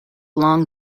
long